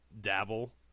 dabble